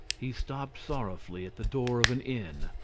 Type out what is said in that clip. he stopped sorrowfully at the door of an inn.